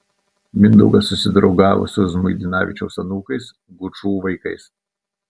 mindaugas susidraugavo su žmuidzinavičiaus anūkais gučų vaikais